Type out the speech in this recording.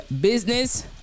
business